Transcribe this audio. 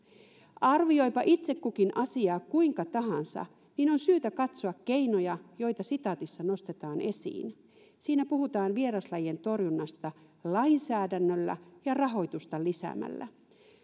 arvioipa itse kukin asiaa kuinka tahansa niin on syytä katsoa keinoja joita sitaatissa nostetaan esiin siinä puhutaan vieraslajien torjunnasta lainsäädännöllä ja rahoitusta lisäämällä